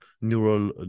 neural